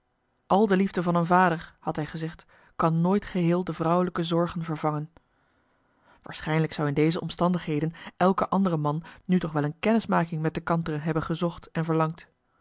al de liefde van een vader had hij gezegd kan nooit geheel de vrouwelijke zorgen vervangen waarschijnlijk zou in deze omstandigheden elke andere man nu toch wel een kennismaking met de kantere hebben gezocht en verlangd